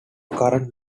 current